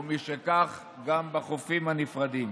ומשכך, גם בחופים הנפרדים.